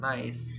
Nice